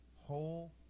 whole